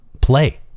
play